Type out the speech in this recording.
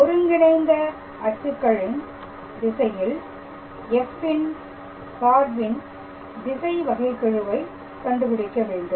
ஒருங்கிணைந்த அச்சுகளின் திசையில் f ன் சார்பின் திசை வகைகெழுவை கண்டுபிடிக்க வேண்டும்